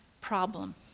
problem